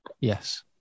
Yes